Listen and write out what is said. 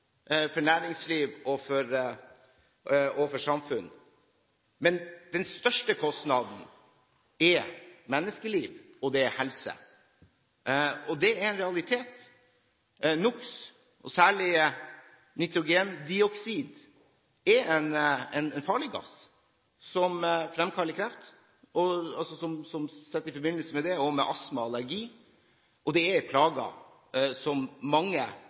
for næringsliv og for samfunn. Men den største kostnaden går på menneskeliv og helse, og det er en realitet. NOx og særlig nitrogendioksid er en farlig gass, som fremkaller kreft, som settes i forbindelse med det, og også med astma og allergi, plager som mange